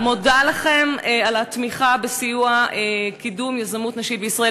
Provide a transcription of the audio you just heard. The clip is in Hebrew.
אני מודה לכם על התמיכה בסיוע קידום יזמות נשית בישראל.